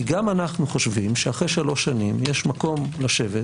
גם אנחנו חושבים שאחרי שלוש שנים יש מקום לשבת